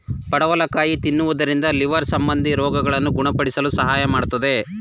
ಪಡವಲಕಾಯಿ ತಿನ್ನುವುದರಿಂದ ಲಿವರ್ ಸಂಬಂಧಿ ರೋಗಗಳನ್ನು ಗುಣಪಡಿಸಲು ಸಹಾಯ ಮಾಡತ್ತದೆ